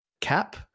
cap